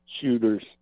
shooters